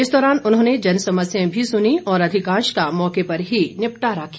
इस दौरान उन्होंने जनसमस्याएं भी सुनी और अधिकांश का मौके पर ही निपटारा किया